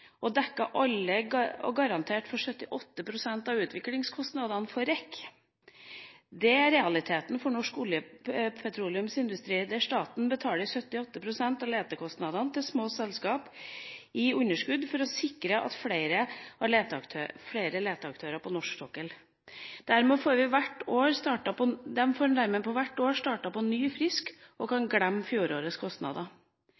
og garanterte for 78 pst. av utviklingskostnadene? Det er realiteten for norsk petroleumsindustri, der staten betaler 78 pst. av letekostnadene til små selskap i underskudd for å sikre flere leteaktører på norsk sokkel. Dermed får vi hvert år startet på